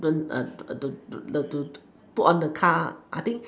learn to put on the car I think